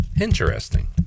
Interesting